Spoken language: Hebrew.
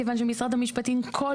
מכיוון שמשרד המשפטים תיאם מולנו כל